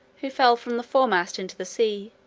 who fell from the foremast into the sea,